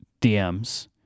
DMs